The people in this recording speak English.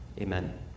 Amen